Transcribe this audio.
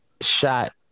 shot